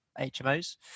HMOs